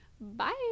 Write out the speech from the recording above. Bye